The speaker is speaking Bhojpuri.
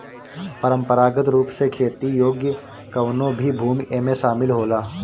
परंपरागत रूप से खेती योग्य कवनो भी भूमि एमे शामिल होला